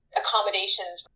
accommodations